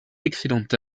excellent